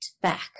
back